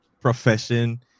profession